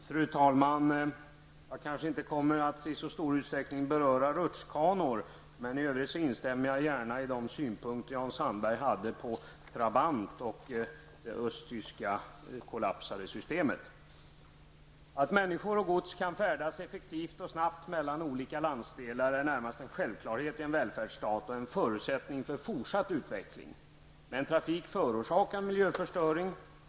Fru talman! Jag kommer kanske inte att i så stor utsträckning beröra rutschkanor, men i övrigt instämmer jag gärna i de synpunkter Jan Sandberg framförde på Trabant och det östtyska kollapsade systemet. Att människor och gods kan färdas effektivt och snabbt mellan olika landsdelar är närmast en självklarhet i en välfärdsstat och en förutsättning för fortsatt utveckling. Men trafik förorsakar miljöförstöring.